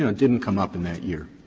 didn't come up in that year?